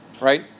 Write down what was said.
Right